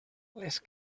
les